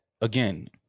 Again